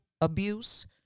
abuse